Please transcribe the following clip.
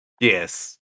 Yes